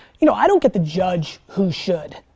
you know, i don't get to judge who should.